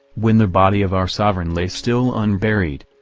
when the body of our sovereign lay still unburied.